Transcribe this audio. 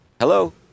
hello